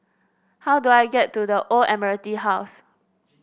how do I get to The Old Admiralty House